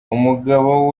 umugabo